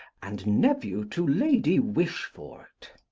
and nephew to lady wishfort,